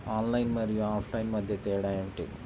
Online మరియు offline మధ్య తేడా ఏమిటీ?